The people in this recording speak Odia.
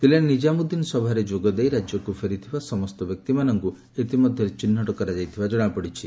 ଦିଲ୍ଲୀ ନିକ୍କାମୁଦ୍ଦିନ ସଭାରେ ଯୋଗଦେଇ ରାଜ୍ୟକୁ ଫେରିଥିବା ସମସ୍ତ ବ୍ୟକ୍ତିମାନଙ୍କୁ ଇତିମଧ୍ୟରେ ଚିହ୍ନଟ କରାଯାଇଥିବା ଜଣାପଡ଼ିଛି